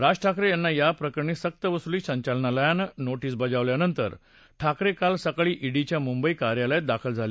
राज ठाकरे यांना या प्रकरणी सक्तवसुली संचालनालयानं नोटीस बजावल्यानंतर ठाकरे काल सकाळी ईडीच्या मुंबई कार्यालयात दाखल झाले